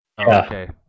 Okay